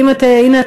והנה,